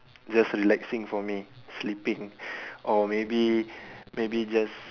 just relaxing for me sleeping or maybe maybe just